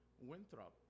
Winthrop